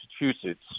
Massachusetts